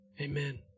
Amen